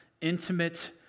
intimate